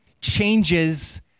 changes